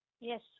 Yes